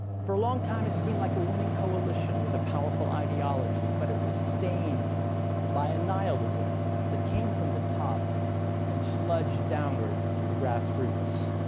for a long time it seemed like a winning coalition with a powerful ideology, but it was stained by annihilism that came from the top and sludged downward to the grassroots.